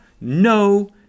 no